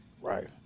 right